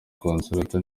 consolata